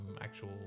actual